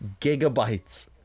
gigabytes